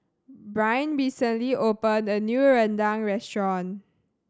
Bryn recently opened a new rendang restaurant